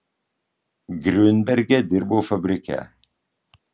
griunberge dirbau fabrike